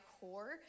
core